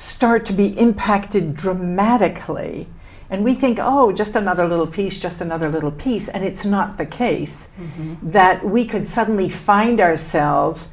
start to be impacted dramatically and we think oh just another little piece just another little piece and it's not the case that we could suddenly find ourselves